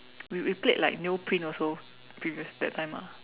we we played like Neoprint also previous that time ah